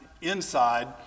inside